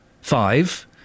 five